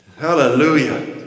Hallelujah